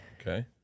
Okay